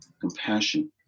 compassion